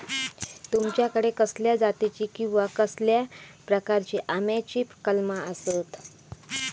तुमच्याकडे कसल्या जातीची किवा कसल्या प्रकाराची आम्याची कलमा आसत?